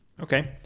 Okay